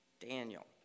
Daniel